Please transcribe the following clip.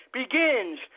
begins